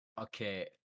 Okay